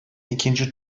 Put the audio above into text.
ikinci